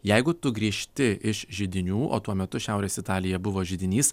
jeigu tu grįžti iš židinių o tuo metu šiaurės italija buvo židinys